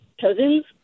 cousin's